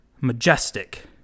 majestic